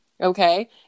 Okay